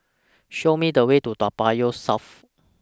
Show Me The Way to Toa Payoh South